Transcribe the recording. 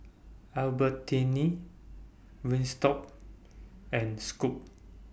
Albertini Wingstop and Scoot